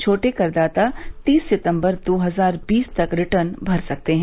छोटे करदाता तीस सितंबर दो हजार बीस तक रिटर्न भर सकते हैं